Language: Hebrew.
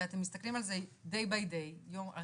הרי אתם מסתכלים על זה יום אחרי יום.